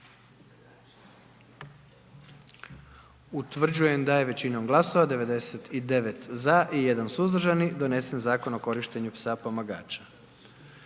Utvrđujem da je većinom glasova 93 za i 1 suzdržani donijet zaključak kako ga